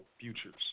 Futures